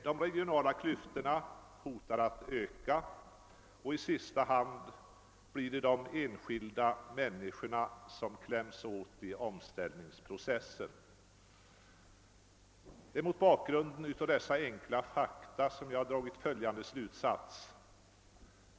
De regionala klyftorna hotar att öka, och i sista hand blir det de enskilda människorna som kläms åt i omställningsprocessen. Det är mot bakgrunden av dessa enkla fakta som jag har dragit följande slutsats.